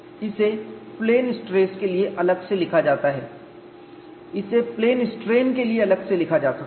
इसे plane stress के लिए अलग से लिखा जाता है इसे प्लेन स्ट्रेन के लिए अलग से लिखा जाता है